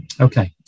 okay